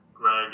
Greg